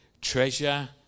treasure